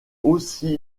aussi